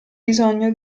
bisogno